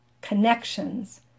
connections